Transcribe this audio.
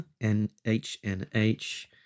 n-h-n-h